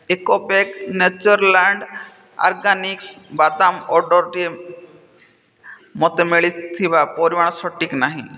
ଏକ bag Natureland Organics ବାଦାମ ଅର୍ଡ଼ର୍ଟିରେ ମୋତେ ମିଳିଥିବା ପରିମାଣ ସଠିକ୍ ନାହିଁ